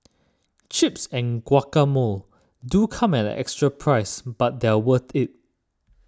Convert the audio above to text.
chips and guacamole do come at an extra price but they're worth it